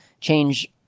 change